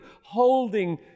holding